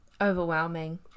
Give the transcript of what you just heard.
overwhelming